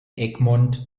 egmont